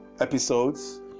episodes